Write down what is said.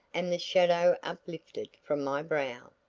and the shadow uplifted from my brow.